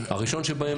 הראשון שבהם,